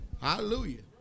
Hallelujah